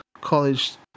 college